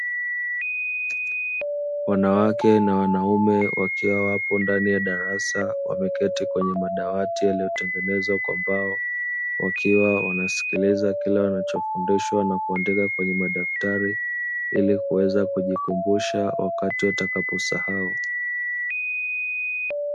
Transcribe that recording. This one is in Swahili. Wanawake na wanaume wakiwa wapo ndani ya darasa wameketi kwenye madawati yaliyotengenezwa kwa mbao, wakiwa wanasikiliza kile wanachofundishwa na kuandika kwenye madaftari ili kuweza kujikumbusha wakati watakaposahau.